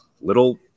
little